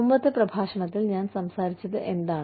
മുമ്പത്തെ പ്രഭാഷണത്തിൽ ഞാൻ സംസാരിച്ചത് എന്താണ്